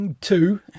two